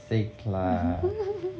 six lah